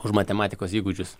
už matematikos įgūdžius